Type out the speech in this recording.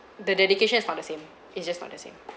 the dedication is not the same it's just not the same